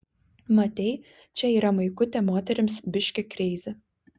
matei čia yra maikutė moterims biški kreizi